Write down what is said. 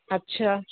اچھا